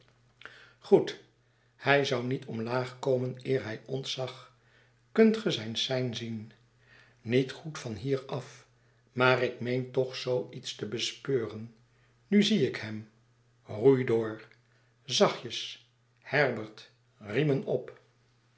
goed hij zou niet omlaag komen eer hij ons zag kunt ge zijn sein zien niet goed van hier af maarik meen toch zoo iets te bespeuren nu zie ik hem roei door zachtjes herbert riemen op